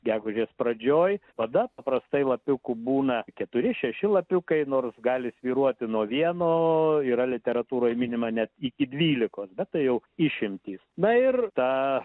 gegužės pradžioj vada paprastai lapiukų būna keturi šeši lapiukai nors gali svyruoti nuo vieno yra literatūroj minima net iki dvylikos bet tai jau išimtys na ir tą